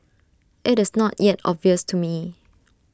IT is not yet obvious to me